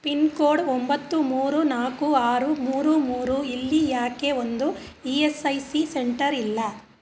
pin code ಒಂಬತ್ತು ಮೂರು ನಾಲ್ಕು ಆರು ಮೂರು ಮೂರು ಇಲ್ಲಿ ಯಾಕೆ ಒಂದೂ E S I C centre ಇಲ್ಲ